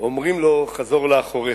אומרים לו: חזור לאחוריך.